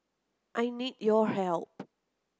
I need your help